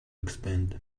expand